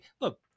Look